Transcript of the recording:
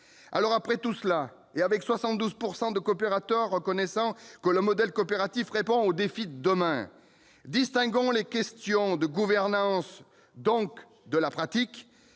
tous ces éléments, et avec 72 % de coopérateurs reconnaissant que le modèle coopératif répond aux défis de demain, distinguons les questions de gouvernance, donc de pratique,